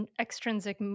extrinsic